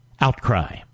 outcry